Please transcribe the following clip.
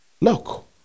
Look